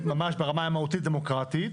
ברמה המהותית דמוקרטית.